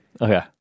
Okay